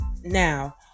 Now